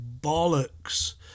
bollocks